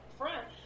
front